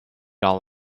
all